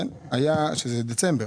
שזה דצמבר,